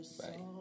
bye